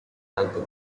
album